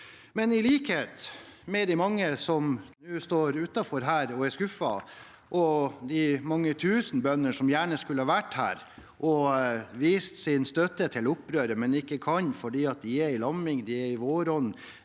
Men i likhet med de mange som nå står utenfor og er skuffet, og de mange tusen bøndene som gjerne skulle vært her og vist sin støtte til opprøret, men ikke kan – fordi det er lamming, våronn,